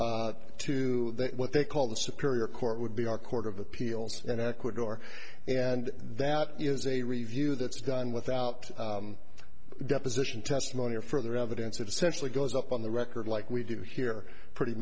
appeal to what they call the superior court would be our court of appeals in ecuador and that is a review that's done without deposition testimony or further evidence of essentially goes up on the record like we do here pretty